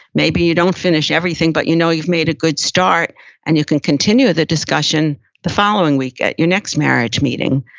maybe you don't finish everything, but you know you've made a good start and you can continue the discussion the following week, at your next marriage meeting.